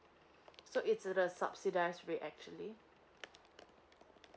so it's a subsidize actually